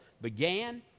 began